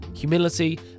humility